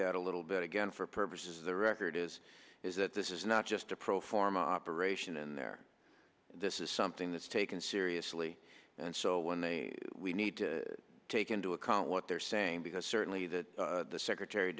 that a little bit again for purposes of the record is is that this is not just a pro forma operation and there this is something that's taken seriously and so when they we need to take into account what they're saying because certainly that the secretary of